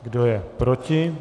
Kdo je proti?